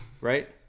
right